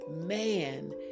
man